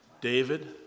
David